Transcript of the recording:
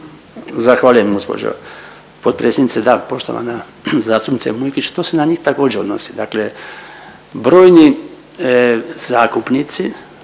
Zahvaljujem gospođo potpredsjednice. Da poštovana zastupnice Mujkić, to se na njih također odnosi. Dakle brojni zakupnici